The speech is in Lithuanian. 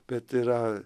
bet yra